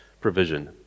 provision